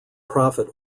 profit